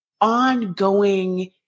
ongoing